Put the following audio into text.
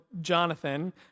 Jonathan